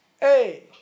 Hey